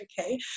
okay